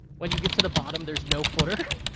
when you get to the bottom, there's no footer.